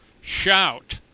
Shout